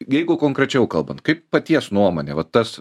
jeigu konkrečiau kalbant kaip paties nuomonė va tas